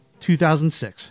2006